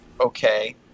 okay